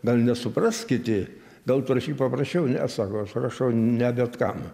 gal nesupras kiti gal tu rašyk paprasčiau ne sako aš rašau ne bet kam